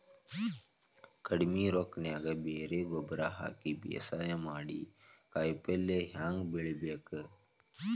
ಕಡಿಮಿ ರೊಕ್ಕನ್ಯಾಗ ಬರೇ ಗೊಬ್ಬರ ಹಾಕಿ ಬೇಸಾಯ ಮಾಡಿ, ಕಾಯಿಪಲ್ಯ ಹ್ಯಾಂಗ್ ಬೆಳಿಬೇಕ್?